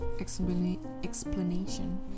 explanation